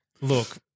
Look